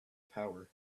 power